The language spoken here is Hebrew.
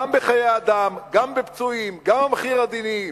גם בחיי-אדם, גם בפצועים, גם המחיר המדיני,